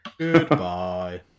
Goodbye